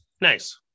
nice